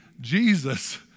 Jesus